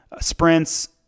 sprints